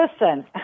Listen